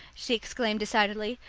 she exclaimed decidedly.